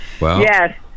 Yes